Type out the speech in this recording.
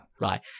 Right